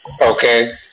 Okay